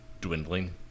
dwindling